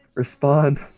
respond